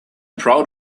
proud